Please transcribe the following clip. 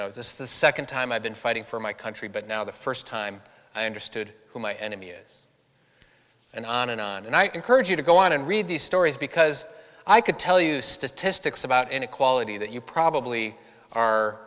know this is the second time i've been fighting for my country but now the first time i understood who my enemy is and on and on and i encourage you to go on and read these stories because i could tell you statistics about inequality that you probably